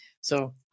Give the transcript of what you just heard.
So-